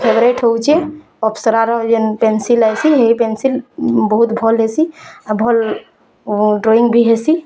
favourite ହେଉଚି ଅପ୍ସରାର ଯେନ୍ ପେନ୍ସିଲ୍ ଅଛି ସେ ପେନ୍ସିଲ୍ ବହୁତ୍ ଭଲହେଶି ଆଉ ଭଲ୍ ଡ଼୍ରଇଁ ବି ହେସି